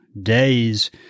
days